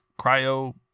cryo